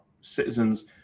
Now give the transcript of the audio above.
citizens